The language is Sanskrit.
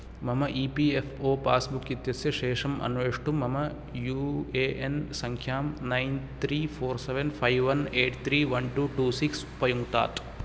मम E P F O passbook इत्यस्य शेषम् अन्वेष्टुं मम यू ए एन् सङ्ख्यां nine three four seven five one eight three one two two six उपयुङ्क्तात्